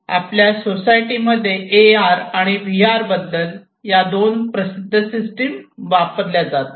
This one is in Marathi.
आपल्या सोसायटी मध्ये ए आर आणि व्ही आर बद्दल या दोन प्रसिद्ध सिस्टीम्स वापरल्या जातात